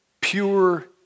pure